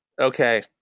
Okay